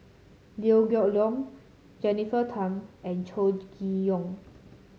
Liew Geok Leong Jennifer Tham and Chow Chee Yong